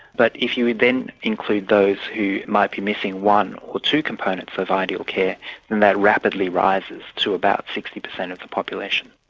but if you would then include those who might be missing one or two components of ideal care, then that rapidly rises to about sixty percent of the population.